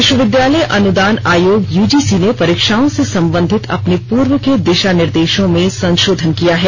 विश्वविद्यालय अनुदान आयोग यूजीसी ने परीक्षाओं से संबंधित अपने पूर्व के दिशानिर्देशों में संशोधन किया है